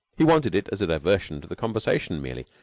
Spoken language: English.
he wanted it as a diversion to the conversation merely,